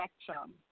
spectrum